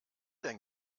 denn